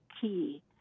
key